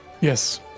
Yes